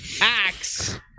axe